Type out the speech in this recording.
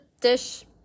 dish